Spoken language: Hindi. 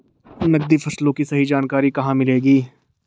नकदी फसलों की सही जानकारी कहाँ मिलेगी?